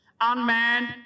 unmanned